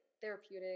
therapeutic